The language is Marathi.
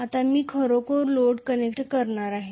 आता मी खरोखर लोड कनेक्ट करणार आहे